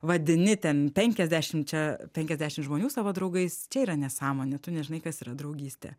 vadini ten penkiasdešimčia penkiasdešim žmonių savo draugais čia yra nesąmonė tu nežinai kas yra draugystė